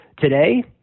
today